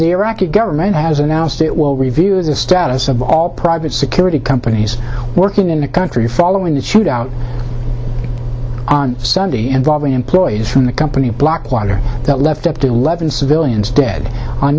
the iraqi government has announced it will review the status of all private security companies working in the country following that shootout on sunday involving employees from the company blackwater that left up to eleven civilians dead on